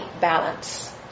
balance